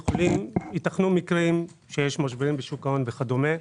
ייתכנו מקרים של משבר בשוק ההון וכדומה.